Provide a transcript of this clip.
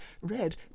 red